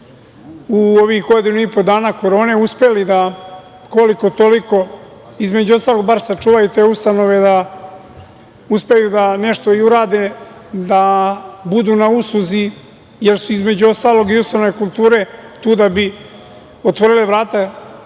u ovih godinu i po dana korone uspeli da, koliko-toliko, između ostalog, bar sačuvaju te ustanove, da uspeju da nešto i urade, da budu na usluzi, jer su, između ostalog, i ustanove kulture tu da bi otvorile vrata